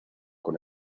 con